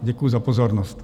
Děkuji za pozornost.